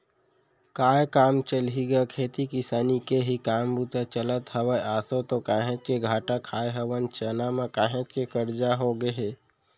काय काम चलही गा खेती किसानी के ही काम बूता चलत हवय, आसो तो काहेच के घाटा खाय हवन चना म, काहेच के करजा होगे हे